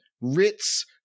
Ritz